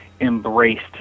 embraced